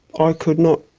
i could not